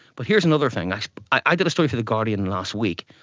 but here's another thing, i've i've did a story for the guardian last week,